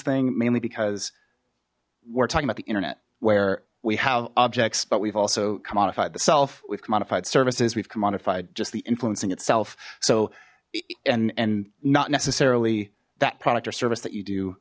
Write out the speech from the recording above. thing mainly because we're talking about the internet where we have objects but we've also commodified the self with commodified services we've commodified just the influencing itself so and and not necessarily that product or service that you do